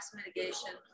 mitigation